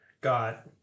got